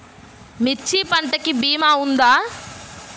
మిర్చి పంటకి భీమా ఉందా?